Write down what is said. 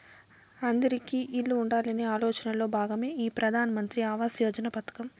అందిరికీ ఇల్లు ఉండాలనే ఆలోచనలో భాగమే ఈ ప్రధాన్ మంత్రి ఆవాస్ యోజన పథకం